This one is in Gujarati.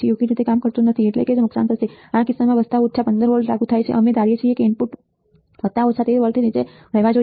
યોગ્ય રીતે કામ કરતું નથી એટલે નુકસાન થશે આ કિસ્સામાં વત્તા ઓછા 15 વોલ્ટ લાગુ થાય છે એમ ધારીએ તો ઇનપુટ વત્તા ઓછા 13 વોલ્ટથી નીચે રહેવો જોઈએ